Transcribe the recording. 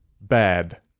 bad